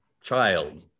child